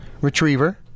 retriever